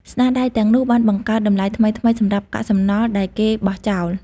ស្នាដៃទាំងនោះបានបង្កើតតម្លៃថ្មីៗសម្រាប់កាកសំណល់ដែលគេបោះចោល។